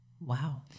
Wow